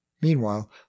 meanwhile